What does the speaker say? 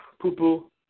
poo-poo